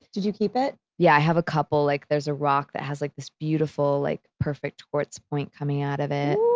did you keep it? yeah, i have a couple. like there's a rock that has like this beautiful, like, perfect quartz point coming out of it.